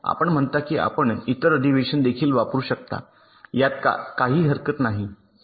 आपण म्हणता की आपण इतर अधिवेशन देखील वापरू शकता यात काही हरकत नाही